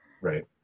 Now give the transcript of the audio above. Right